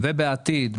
ובעתיד,